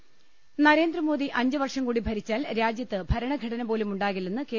രുവ്പ്പെടു നരേന്ദ്രമോദി അഞ്ചുവർഷംകൂടി ഭരിച്ചാൽ രാജ്യത്ത് ഭരണഘടനപോലും ഉണ്ടാകില്ലെന്ന് കെ